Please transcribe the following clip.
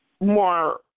more